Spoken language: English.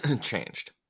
changed